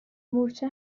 مورچه